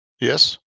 Yes